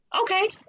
Okay